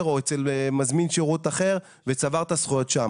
או אצל מזמין שירות אחר וצבר את הזכויות שם?